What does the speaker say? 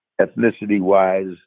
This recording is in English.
ethnicity-wise